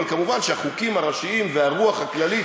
אבל מובן שהחוקים הראשיים והרוח הכללית